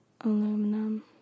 Aluminum